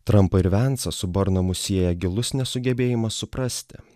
trampą ir vencą su burnamu sieja gilus nesugebėjimas suprasti